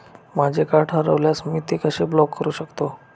माझे कार्ड हरवल्यास मी ते कसे ब्लॉक करु शकतो?